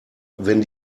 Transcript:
wenn